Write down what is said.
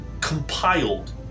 compiled